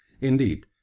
Indeed